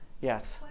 Yes